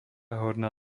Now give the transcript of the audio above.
horná